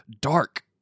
dark